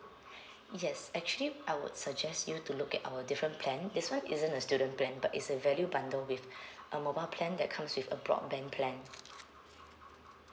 yes actually I would suggest you to look at our different plan this one isn't a student plan but it's a value bundle with a mobile plan that comes with a broadband plan